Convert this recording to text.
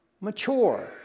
mature